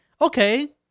Okay